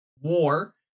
war